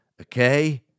Okay